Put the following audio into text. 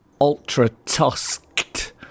ultra-tusked